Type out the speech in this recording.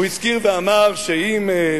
והוא הזכיר ואמר שאם,